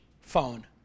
phone